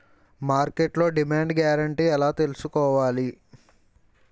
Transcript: మార్కెట్లో demand guarantee ఎలా తెల్సుకోవాలి?